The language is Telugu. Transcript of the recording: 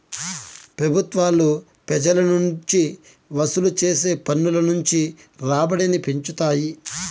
పెబుత్వాలు పెజల నుంచి వసూలు చేసే పన్నుల నుంచి రాబడిని పెంచుతాయి